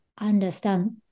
understand